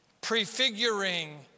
prefiguring